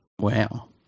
Wow